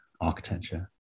architecture